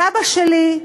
סבא שלי,